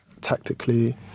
Tactically